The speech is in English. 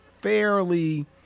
fairly